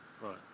right